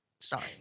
sorry